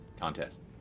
contest